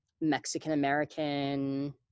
Mexican-American